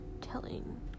telling